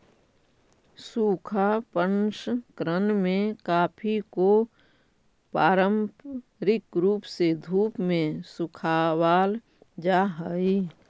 सूखा प्रसंकरण में कॉफी को पारंपरिक रूप से धूप में सुखावाल जा हई